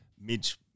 Midge